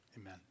Amen